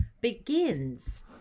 begins